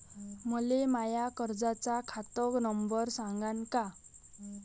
मले माया कर्जाचा खात नंबर सांगान का?